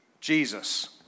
Jesus